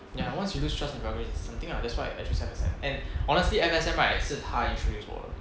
ya once you lose trust in brokerage same thing lah that's why I choose F_S_N and honestly F_S_N right 是他 introduce 我的